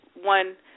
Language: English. one